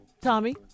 Tommy